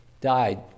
died